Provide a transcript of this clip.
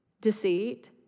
Deceit